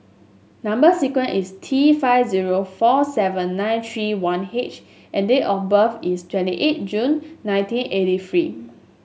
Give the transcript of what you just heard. number sequence is T five zero four seven nine three one H and date of birth is twenty eight June nineteen eighty three